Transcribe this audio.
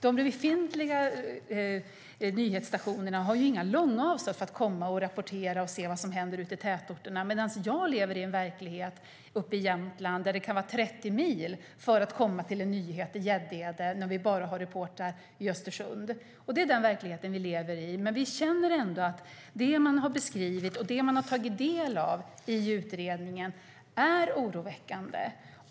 De befintliga nyhetsstationerna har inga långa avstånd för att komma och rapportera och se vad som händer i tätorterna, medan jag lever i en verklighet uppe i Jämtland där det kan vara 30 mil för att ta sig till en nyhet i Gäddede när vi bara har reportrar i Östersund. Det är den verklighet vi lever i, men vi känner ändå att det man har beskrivit och det vi har tagit del av i utredningen är oroväckande.